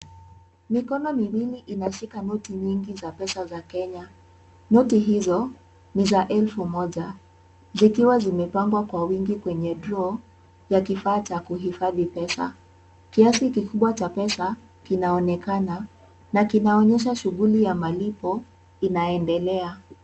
Mikono miwili inashika noti nyingi za pesa za Kenya. Noti hizo ni za elfu moja zikiwa zimepangwa kwa wingi kwenye draw ya kifaa cha kuhifadhi pesa. Kiasi kikubwa cha pesa kinaonekana na kinaonyesha shughuli ya malipo inaendelea.